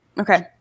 Okay